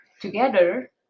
together